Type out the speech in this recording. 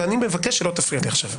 ואני מבקש שלא תפריע לי עכשיו.